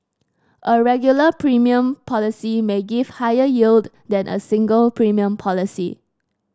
a regular premium policy may give higher yield than a single premium policy